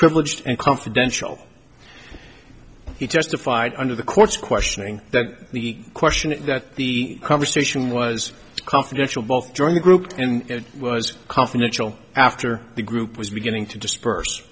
privileged and confidential he testified under the court's questioning that the question of the conversation was confidential both joining a group and it was confidential after the group was beginning to disperse